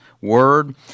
word